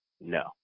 no